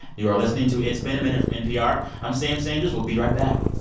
you are listening to it's been a minute from npr. i'm sam sanders. we'll be right back